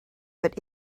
but